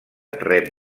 rep